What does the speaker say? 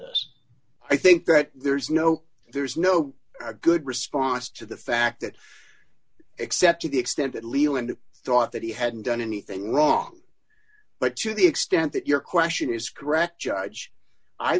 this i think that there's no there's no good response to the fact that except to the extent that leland thought that he hadn't done anything wrong but to the extent that your question is correct judge i